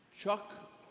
Chuck